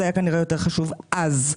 זה היה כנראה יותר חשוב אז.